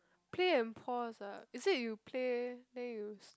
play and pause ah is it you play then you